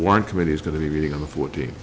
one committee is going to be meeting on the fourteenth